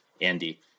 Andy